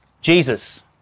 Jesus